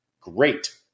Great